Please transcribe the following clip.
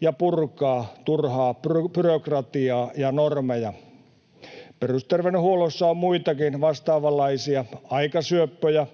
ja purkaa turhaa byrokratiaa ja normeja. Perusterveydenhuollossa on muitakin vastaavanlaisia aikasyöppöjä,